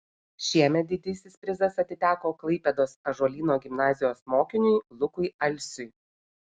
šiemet didysis prizas atiteko klaipėdos ąžuolyno gimnazijos mokiniui lukui alsiui